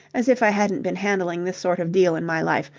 as if i hadn't been handling this sort of deal in my life.